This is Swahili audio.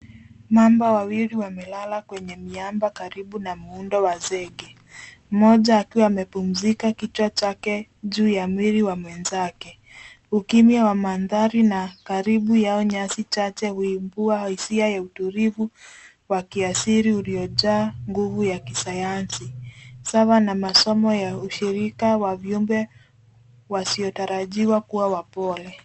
Mamba wawili wamelala kwenye miamba karibu na muundo wa zege. Mmoja akiwa amepumzika kichwa chake juu ya mwili wa mwenzake. Ukimya wa mandhari na karibu yao nyasi chache huipua hisia ya utulivu wa kiasili uliojaa nguvu ya kisayansi sawa na masomo ya ushirika wa viumbe wasiotarajiwa kuwa wapole.